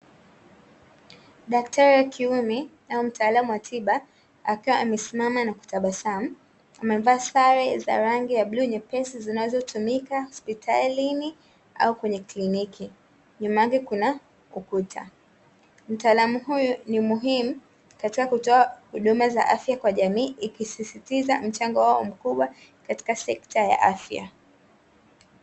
Daktari wa kiume au mtaalamu wa tiba, akiwa amesimama na kutabasamu, amevaa sare za rangi ya bluu, nyepesi, zinazotumika hospitalini au kliniki, nyuma yake kuna ukuta. Mtaalamu huyu ni muhimu katika kutoa huduma za afya kwa jamii, ikisisitiza mchango wao mkubwa katika sekta ya afya.